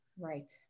Right